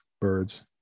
birds